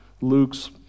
Luke's